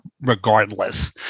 regardless